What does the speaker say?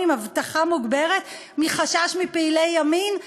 עם אבטחה מוגברת מחשש מפעילי ימין?